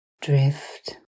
drift